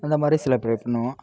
அந்தமாதிரி செலப்ரேட் பண்ணுவோம்